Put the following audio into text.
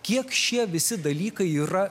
kiek šie visi dalykai yra